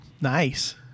Nice